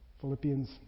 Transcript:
Philippians